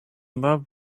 love